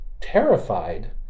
terrified